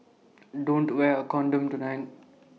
don't wear A condom tonight